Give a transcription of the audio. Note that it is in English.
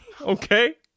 okay